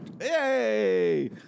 Yay